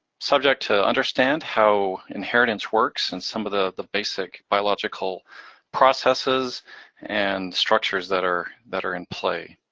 subject to understand, how inheritance works, and some of the the basic biological processes and structures that are that are in play.